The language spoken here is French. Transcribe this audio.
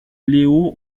léo